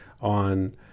on